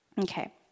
Okay